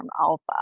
alpha